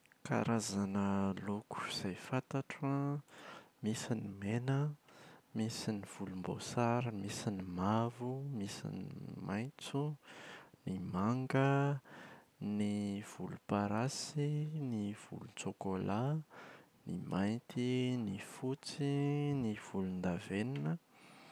Karazana loko izay fantatro an: Misy ny mena an, misy ny volomboasary, misy ny mavo, misy ny maitso, ny manga, ny volomparasy, ny volontsokolà, ny mainty, ny fotsy, ny volondavenona.